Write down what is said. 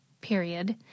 period